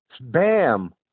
Bam